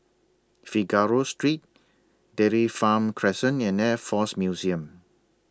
Figaro Street Dairy Farm Crescent and Air Force Museum